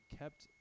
kept